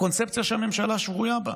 הקונספציה שהממשלה שרויה בה.